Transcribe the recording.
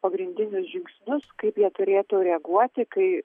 pagrindinius žingsnius kaip jie turėtų reaguoti kai